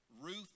Ruth